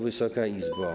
Wysoka Izbo!